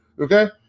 Okay